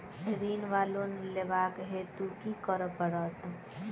ऋण वा लोन लेबाक हेतु की करऽ पड़त?